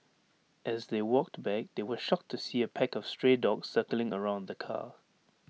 as they walked back they were shocked to see A pack of stray dogs circling around the car